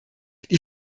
die